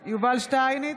שטייניץ,